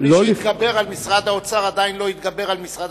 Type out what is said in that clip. ודאי היא לא אומרת סתם.